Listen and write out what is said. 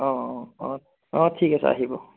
অঁ অঁ অঁ অঁ ঠিক আছে আহিব